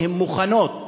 שמוכנות לעבוד,